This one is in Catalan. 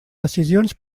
decisions